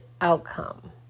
outcome